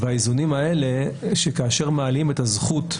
והאיזונים האלה שכאשר מעלים את הזכות,